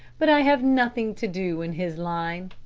but i have nothing to do in his line.